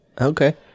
Okay